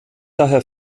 daher